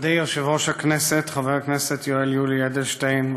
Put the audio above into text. מכובדי יושב-ראש הכנסת יואל יולי אדלשטיין,